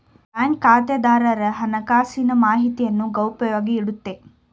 bank ಖಾತೆದಾರರ ಹಣಕಾಸಿನ ಮಾಹಿತಿಯನ್ನು ಗೌಪ್ಯವಾಗಿ ಇಡುತ್ತೆ